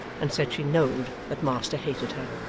and said she knowed that master hated her.